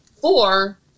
Four